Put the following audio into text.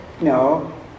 No